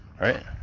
Right